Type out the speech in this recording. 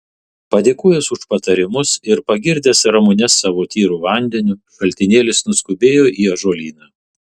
padėkojęs už patarimus ir pagirdęs ramunes savo tyru vandeniu šaltinėlis nuskubėjo į ąžuolyną